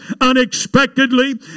unexpectedly